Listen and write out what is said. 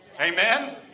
Amen